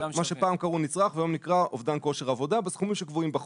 מה שפעם קראו נצרך והיום נקרא אובדן כושר עבודה בסכומים שקבועים בחוק.